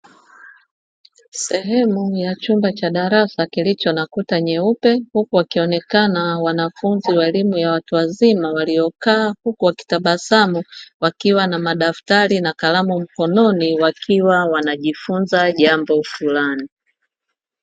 Sehemu ya chumba cha darasa kilicho na kuta nyeupe, huku wakionekana wanafunzi wa elimu ya watu wazima waliokaa huku wakitabasamu wakiwa na madaftari na kalamu mkononi, wakiwa wanajifunza jambo fulani.